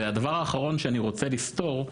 והדבר האחרון שאני רוצה לסתור,